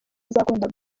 azakunda